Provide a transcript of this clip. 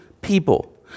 people